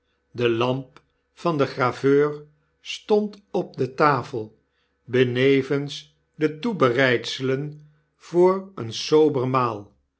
de lamp van den graveur stond op de tafel benevens de toebereidselen voor een sober maal